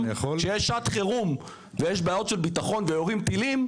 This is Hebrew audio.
כשיש שעת חירום ויש בעיות של ביטחון ויורים טילים,